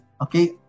okay